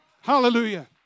Hallelujah